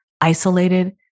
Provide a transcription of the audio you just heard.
isolated